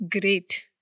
Great